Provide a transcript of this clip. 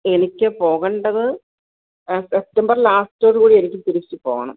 എനിക്ക് പോകണ്ടത് സെപ്റ്റംബർ ലാസ്റ്റിനുള്ളിൽ എനിക്ക് തിരിച്ചു പോകണം